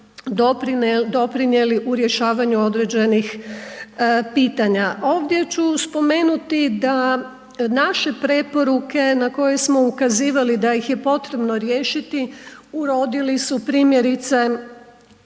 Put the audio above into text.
doprinijeli u rješavanju određenih pitanja. Ovdje ću spomenuti da naše preporuke na koje smo ukazivali da ih je potrebno riješiti, urodili su primjerice